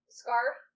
scarf